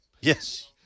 Yes